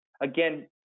Again